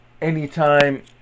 Anytime